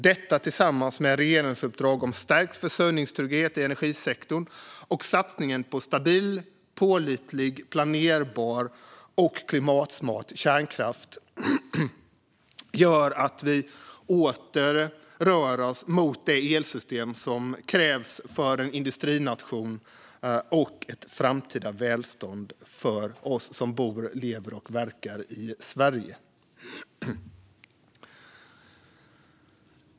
Detta tillsammans med regeringsuppdrag om stärkt försörjningstrygghet i energisektorn och satsningen på stabil, pålitlig, planerbar och klimatsmart kärnkraft gör att vi åter rör oss mot det elsystem som krävs för en industrination och ett framtida välstånd för oss som bor, lever och verkar i Sverige.